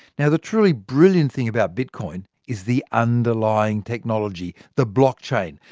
yeah the truly brilliant thing about bitcoin is the underlying technology the blockchain.